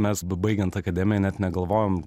mes bebaigiant akademiją net negalvojom